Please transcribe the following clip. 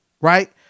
right